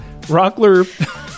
Rockler